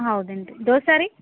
ಹೌದೇನು ರೀ ದೋಸೆ ರೀ